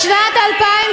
בשנת 2012